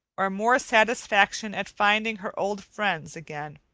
or more satisfaction at finding her old friends again.